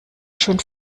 schön